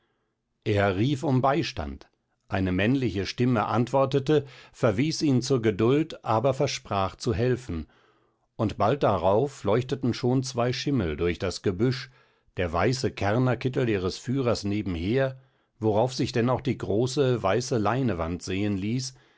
er rief um beistand eine männliche stimme antwortete verwies ihn zur geduld aber versprach zu helfen und bald darauf leuchteten schon zwei schimmel durch das gebüsch der weiße kärrnerkittel ihres führers nebenher worauf sich denn auch die große weiße leinewand sehen ließ